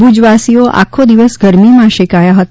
ભુજવાસીએ આખો દિવસ ગરમીમાં શેંકાયા હતા